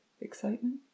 excitement